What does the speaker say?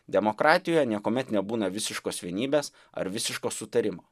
demokratijoje niekuomet nebūna visiškos vienybės ar visiško sutarimo